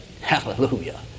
Hallelujah